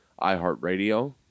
iHeartRadio